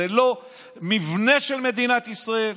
זה לא מבנה של מדינת ישראל,